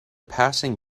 passing